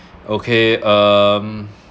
okay um